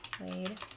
Wade